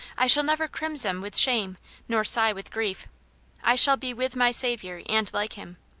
i shall never crimson with shame nor sigh with grief i shall be with my saviour and like him.